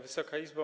Wysoka Izbo!